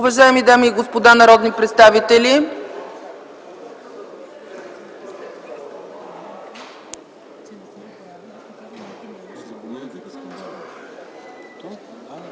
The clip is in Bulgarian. дами и господа народни представители!